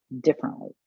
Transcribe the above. differently